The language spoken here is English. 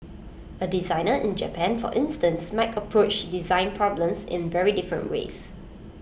A designer in Japan for instance might approach design problems in very different ways